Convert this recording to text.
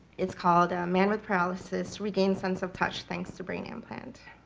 it's called a man with paralysis regained sense of touch thanks to brain implant.